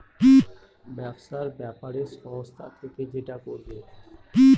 ব্যবসার ব্যাপারে সংস্থা থেকে যেটা করবে